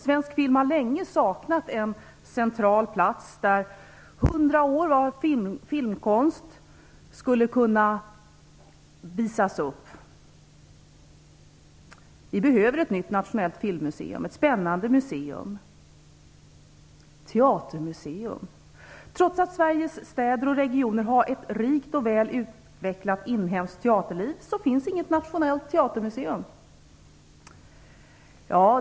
Svensk film har länge saknat en central plats där hundra år av filmkonst skulle kunna visas upp. Vi behöver ett nationellt filmmuseum, ett spännande museum. Vad sägs om ett teatermuseum? Trots att Sveriges städer och regioner har ett rikt och väl utvecklat inhemskt teaterliv finns det inget nationellt teatermuseum.